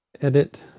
Edit